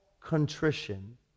contrition